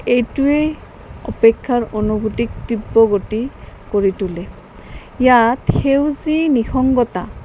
এইটোৱেই অপেক্ষাৰ অনুভূতি তীব্ৰগতি কৰি তোলে ইয়াত সেউজী নিসংগতা